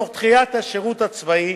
תוך דחיית השירות הצבאי,